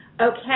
Okay